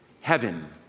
heaven